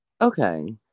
Okay